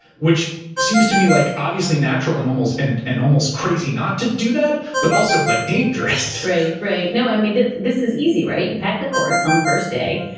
which seems to me like obviously natural and almost and and almost crazy not to do that, but also like dangerous. right, right. no, i mean, this is easy, right? you pack the courts on the first day,